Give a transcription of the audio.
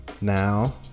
Now